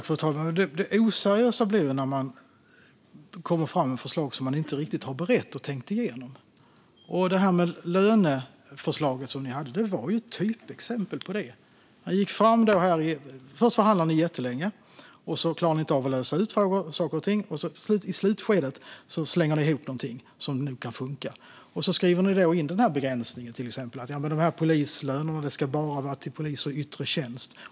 Fru talman! Det oseriösa är när man lägger fram förslag som man inte riktigt har berett och tänkt igenom. Ert löneförslag var ett typexempel på det. Först förhandlade ni jättelänge. Sedan klarade ni inte av att lösa saker och ting. Och i slutskedet slängde ni ihop någonting som nog kan funka. Ni skriver då till exempel in denna begränsning att höjningen av polislöner bara ska gälla poliser i yttre tjänst.